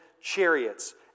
chariots